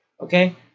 okay